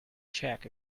check